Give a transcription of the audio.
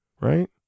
right